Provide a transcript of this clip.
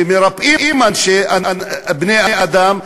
שמרפאים בני-אדם,